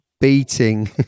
beating